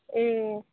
ए